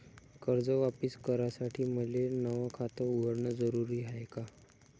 कर्ज वापिस करासाठी मले नव खात उघडन जरुरी हाय का?